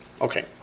Okay